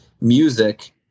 music